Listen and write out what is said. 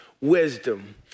wisdom